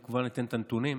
וכמובן אתן את הנתונים: